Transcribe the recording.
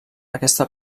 aquesta